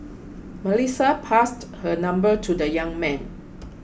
Melissa passed her number to the young man